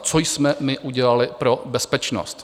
Co jsme my udělali pro bezpečnost?